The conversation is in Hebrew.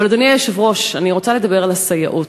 אדוני היושב-ראש, אני רוצה לדבר על הסייעות.